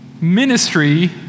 Ministry